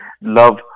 love